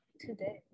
today